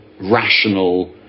rational